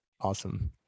Awesome